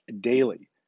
daily